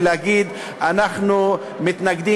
ולהגיד: אנחנו מתנגדים,